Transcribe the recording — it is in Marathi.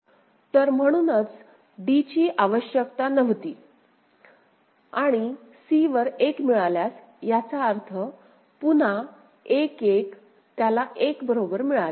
तर म्हणूनच d ची आवश्यकता नव्हती आणि c वर 1 मिळाल्यास याचा अर्थ पुन्हा 1 1 त्याला 1 बरोबर मिळाले